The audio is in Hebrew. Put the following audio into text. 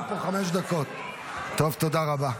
תודה רבה.